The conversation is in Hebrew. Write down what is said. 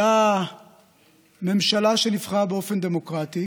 הייתה ממשלה שנבחרה באופן דמוקרטי,